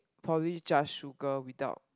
probably just sugar without